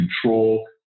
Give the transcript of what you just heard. control